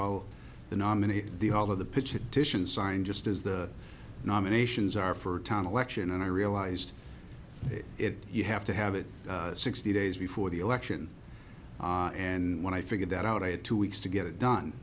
nominees the all of the pitch additions signed just as the nominations are for town election and i realized it you have to have it sixty days before the election and when i figured that out i had two weeks to get it done